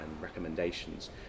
recommendations